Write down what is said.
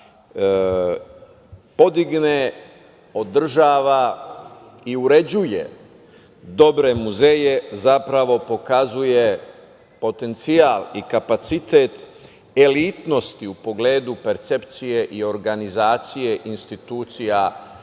podigne, održava i uređuje dobre muzeje zapravo pokazuje potencijal i kapacitet elitnosti u pogledu percepcije i organizacije institucija